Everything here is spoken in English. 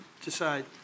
decide